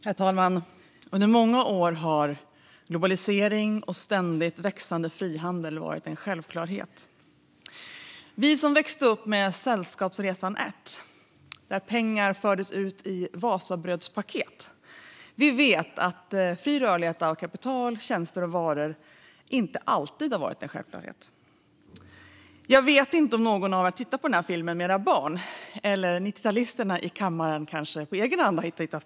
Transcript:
Herr talman! Under många år har globalisering och ständigt växande frihandel varit en självklarhet. Vi som växte upp med Sällskapsresan , den första filmen, där pengar fördes ut i Wasabrödspaket, vet att fri rörlighet av kapital, tjänster och varor inte alltid har varit en självklarhet. Jag vet inte om någon här har sett filmen med sina barn - eller 90talisterna i kammaren kanske har sett den på egen hand.